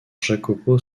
jacopo